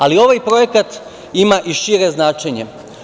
Ali ovaj projekat ima i šire značenje.